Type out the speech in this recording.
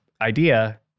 idea